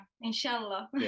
Inshallah